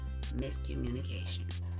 miscommunication